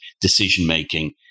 decision-making